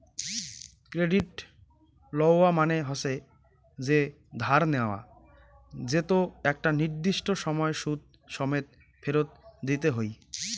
credit লওয়া মানে হসে যে ধার নেয়া যেতো একটা নির্দিষ্ট সময় সুদ সমেত ফেরত দিতে হই